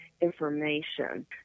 information